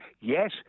yes